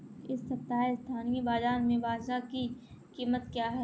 इस सप्ताह स्थानीय बाज़ार में बाजरा की कीमत क्या है?